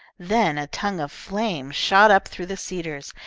then a tongue of flame shot up through the cedars,